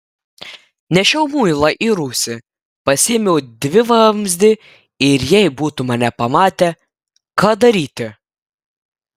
nešiau muilą į rūsį pasiėmiau dvivamzdį ir jei būtų mane pamatę ką daryti